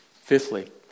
Fifthly